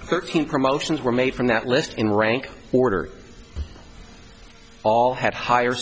thirteen promotions were made from that list in rank order all had higher